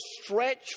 stretch